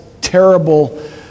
terrible